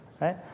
Right